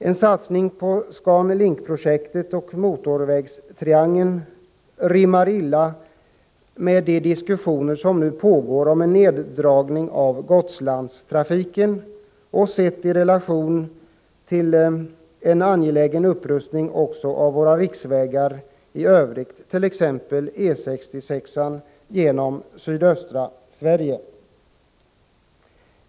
En satsning på Scan Link-projektet och motorvägstriangeln rimmar illa med de diskussioner som nu pågår om en neddragning av Gotlandstrafiken och måste också ses i relation till en angelägen upprustning också av våra riksvägar i övrigt, t.ex. E 66 genom sydöstra Sverige.